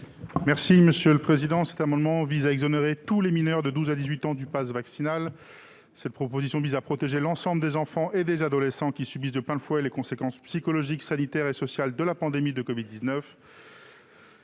est à M. Thomas Dossus. Cet amendement vise à exonérer tous les mineurs, de 12 à 18 ans, du passe vaccinal. Il s'agit de protéger l'ensemble des enfants et des adolescents, qui subissent de plein fouet les conséquences économiques, sanitaires et sociales de la pandémie de covid-19.